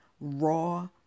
raw